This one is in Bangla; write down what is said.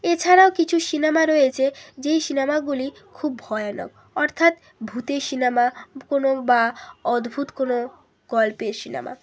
এছাড়াও কিছু সিনেমা রয়েছে যেই সিনেমাগুলি খুব ভয়ানক অর্থাৎ ভূতের সিনেমা কোনো বা অদ্ভুত কোনো গল্পের সিনেমা